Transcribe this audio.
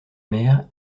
mère